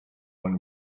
when